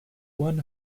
one